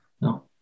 No